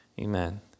amen